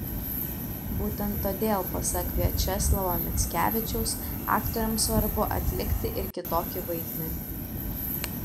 būtent todėl pasak viačeslavo mickevičiaus aktoriams svarbu atlikti ir kitokį vaidmenį